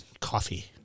Coffee